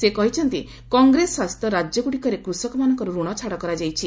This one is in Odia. ସେ କହିଛନ୍ତି କଂଗ୍ରେସ ଶାସିତ ରାଜ୍ୟଗୁଡ଼ିକରେ କୃଷକମାନଙ୍କର ରଣ ଛାଡ଼ କରାଯାଇଛି